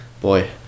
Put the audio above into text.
Boy